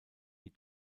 die